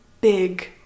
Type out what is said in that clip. big